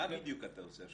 מה בדיוק אתה עושה עכשיו?